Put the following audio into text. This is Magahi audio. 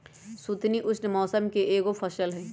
सुथनी उष्ण मौसम के एगो फसल हई